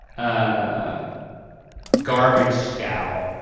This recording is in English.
ah garbage scow.